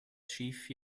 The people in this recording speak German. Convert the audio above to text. schiff